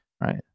right